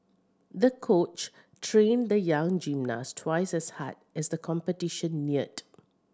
the coach trained the young gymnast twice as hard as the competition neared